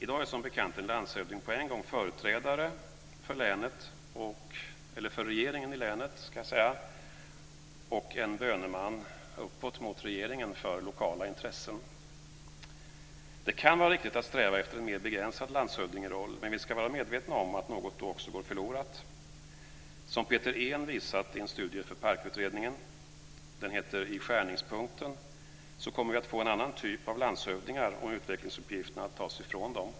I dag är som bekant en landshövding på en gång företrädare för regeringen i länet och en böneman uppåt mot regeringen för lokala intressen. Det kan vara riktigt att sträva efter en mer begränsad landshövdingeroll, men vi ska vara medvetna om att något då också går förlorat. Som Peter Ehn visat i en studie för PARK-utredningen, I skärningspunkten, kommer vi att få en annan typ av landshövdingar om utvecklingsuppgifterna tas ifrån dem.